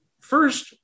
First